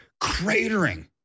cratering